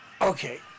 Okay